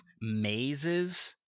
mazes